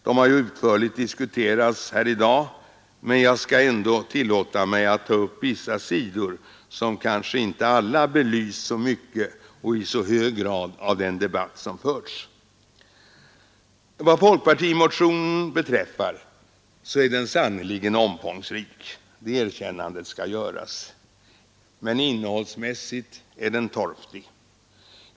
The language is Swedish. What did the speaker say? De har utförligt diskuterats i dag, men jag skall ändå tillåta mig att ta upp vissa sidor som kanske inte i så hög grad belysts i den debatt som förts. Folkpartimotionen är sannerligen omfångsrik — det erkännandet skall göras. Men innehållsmässigt är den torftig.